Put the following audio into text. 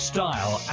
Style